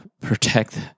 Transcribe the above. protect